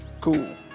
cool